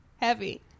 heavy